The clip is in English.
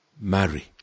marry